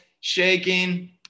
shaking